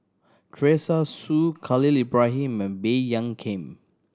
Teresa Hsu Khalil Ibrahim and Baey Yam Keng